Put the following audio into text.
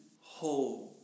whole